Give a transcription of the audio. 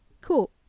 Cool